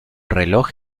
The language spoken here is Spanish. reloj